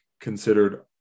considered